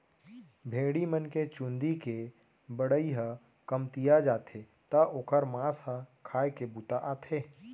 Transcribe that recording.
भेड़ी मन के चूंदी के बढ़ई ह कमतिया जाथे त ओकर मांस ह खाए के बूता आथे